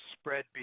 spread